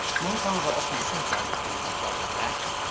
my father often says i recall his brother jack.